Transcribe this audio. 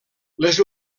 les